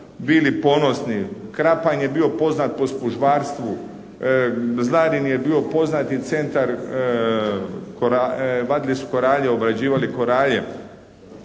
bili ponosni. Krapanj je bio poznat po spužvarstvu, Zlarin je bio poznati centar, vadili su koralje, obrađivali koralje.